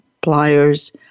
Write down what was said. pliers